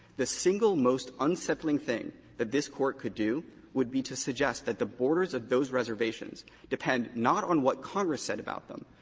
the single most unsettling thing that this court could do would be to suggest that the borders of those reservations depend not on what congress said about them,